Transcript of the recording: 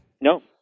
No